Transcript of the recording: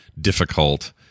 difficult